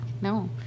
No